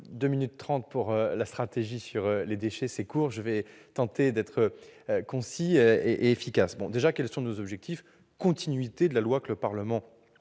minutes trente pour la stratégie sur les déchets, c'est court ! Je vais tenter d'être concis et efficace. Quels sont nos objectifs ? C'est la continuité de la loi que le Parlement a